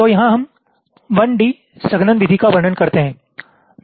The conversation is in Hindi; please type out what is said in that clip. तो यहाँ हम 1D संघनन विधि का वर्णन करते हैं